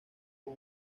con